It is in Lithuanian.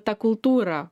ta kultūra